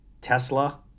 tesla